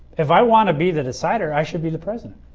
if i want to be the decider i should be the president.